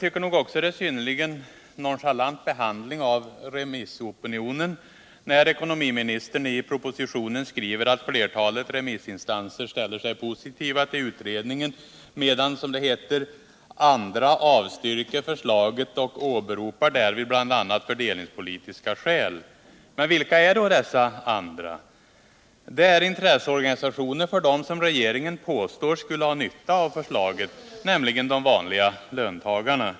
Det är också en synnerligen nonchalant behandling av remissopinionen när ekonomiministern i propositionen skriver att flertalet remissinstanser ställer sig positiva till utredningen medan, som det heter, andra avstyrker förslaget och bl.a. åberopar fördelningspolitiska skäl. Vilka är då dessa ”andra”? Jo, det är intresseorganisationer för dem som regeringen påstår skulle ha nytta av förslaget, nämligen de vanliga löntagarna.